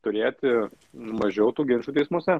turėti mažiau tų ginčų teismuose